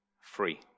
free